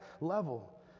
level